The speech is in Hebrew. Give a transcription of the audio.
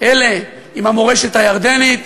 אלה עם המורשת הירדנית,